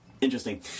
interesting